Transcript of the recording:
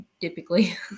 typically